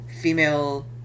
female